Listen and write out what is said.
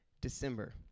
December